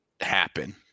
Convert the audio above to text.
happen